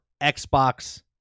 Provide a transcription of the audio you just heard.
Xbox